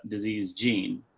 disease gene,